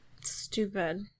Stupid